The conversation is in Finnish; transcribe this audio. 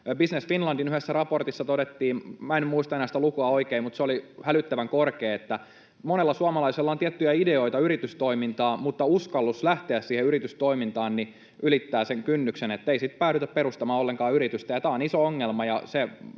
Business Finlandin yhdessä raportissa todettiin — minä en muista enää sitä lukua oikein, mutta se oli hälyttävän korkea — että monella suomalaisella on tiettyjä ideoita yritystoimintaan, mutta uskallus lähteä siihen yritystoimintaan ei ylitä sitä kynnystä, eikä sitten päädytä ollenkaan perustamaan yritystä. Tämä on iso ongelma,